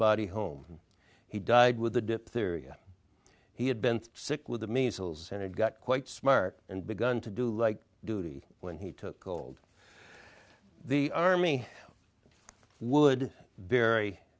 body home he died with the diptheria he had been sick with the measles and it got quite smart and begun to do like duty when he took gold the army would